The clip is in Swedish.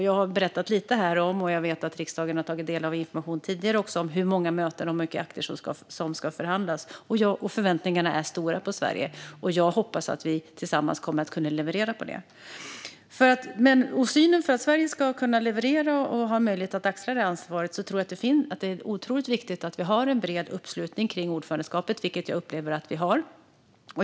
Jag har berättat lite här, och jag vet att riksdagen även tidigare har tagit del av information om hur många möten som ska hållas och hur många akter som ska förhandlas. Förväntningarna på Sverige är stora, och jag hoppas att vi tillsammans kommer att kunna leverera på det. För att Sverige ska kunna leverera och axla det ansvaret tror jag att det är otroligt viktigt att vi har en bred uppslutning kring ordförandeskapet, vilket jag upplever att vi har.